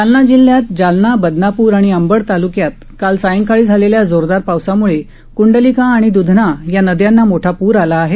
जालना जिल्ह्यात जालना बदनापूर आणि अंबड तालुक्यात काल सायंकाळी झालेल्या जोरदार पावसामुळे कुंडलिका आणि दुधना या नद्यांना मोठा पूर आला आहे